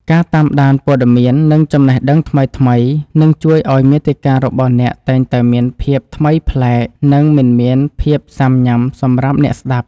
ការតាមដានព័ត៌មាន និងចំណេះដឹងថ្មីៗនឹងជួយឱ្យមាតិការបស់អ្នកតែងតែមានភាពថ្មីប្លែក និងមិនមានភាពស៊ាំញ៉ាំសម្រាប់អ្នកស្តាប់។